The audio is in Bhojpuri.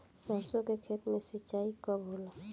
सरसों के खेत मे सिंचाई कब होला?